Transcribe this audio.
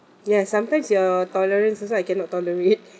ya sometimes your tolerance also I cannot tolerate